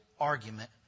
argument